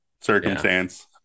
circumstance